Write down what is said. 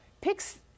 picks